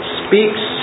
speaks